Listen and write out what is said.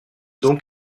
donc